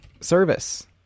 service